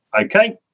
Okay